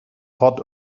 hot